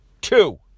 two